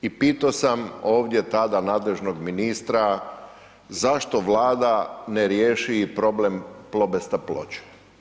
I pitao sam ovdje tada nadležnog ministra zašto Vlada ne riješi i problem Plobesta Ploče.